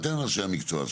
אתם אנשי המקצוע.